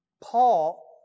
Paul